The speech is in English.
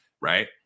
Right